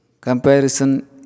comparison